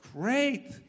Great